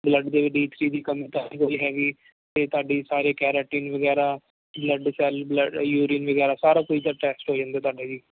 blood ਦੇ ਵਿੱਚ ਡੀਪ ਸੀ ਦੀ ਕਮੀ ਤਾਂ ਨਹੀਂ ਹੋਈ ਹੈਗੀ ਅਤੇ ਤੁਹਾਡੀ ਸਾਰੇ ਕੈਰੇਟੀਨ ਵਗੈਰਾ ਬਲੱਡ ਸੈੱਲ ਬਲੱਡ ਯੂਰੀਨ ਵਗੈਰਾ ਸਾਰਾ ਕੁਛ ਦਾ ਟੈਸਟ ਹੋ ਜਾਂਦਾ ਤੁਹਾਡੇ ਜੀ